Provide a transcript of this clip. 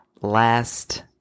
last